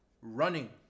running